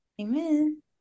Amen